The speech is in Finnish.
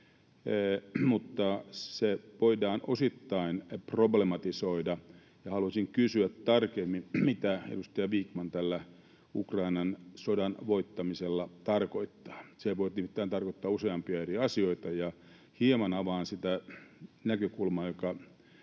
mutta se voidaan osittain problematisoida, ja haluaisin kysyä tarkemmin, mitä edustaja Vikman tällä Ukrainan sodan voittamisella tarkoittaa. Sehän voi nimittäin tarkoittaa useampia eri asioita, ja hieman avaan sitä näkökulmaa, joka